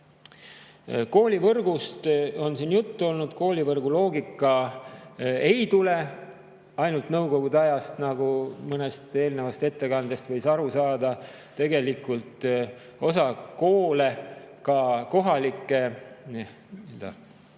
valitsusele. Koolivõrgust on siin juttu olnud. Koolivõrgu loogika ei tule ainult Nõukogude ajast, nagu mõnest eelnevast ettekandest võis aru saada. Tegelikult osa kohalikke